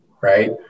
right